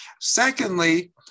Secondly